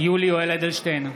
יולי יואל אדלשטיין,